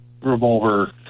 revolver